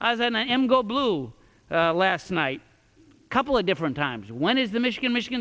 as an i am go blue last night a couple of different times when is the michigan michigan